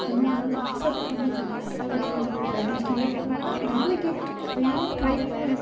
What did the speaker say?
ஆனாள் நான் ஆசைப்பட்ட மாதிரியே கடவுள் எந்த ஒரு வேலைக்கும் போகல வேலைக்கு நிறையா ட்ரை பண்ணேன்